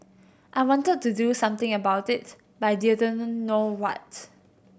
I wanted to do something about it but I didn't know what